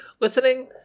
listening